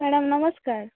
madam ନମସ୍କାର